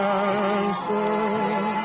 answer